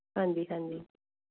ਹਾਂਜੀ ਹਾਂਜੀ